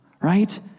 Right